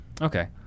Okay